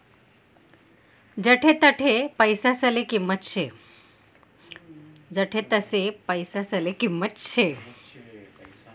जठे तठे पैसासले किंमत शे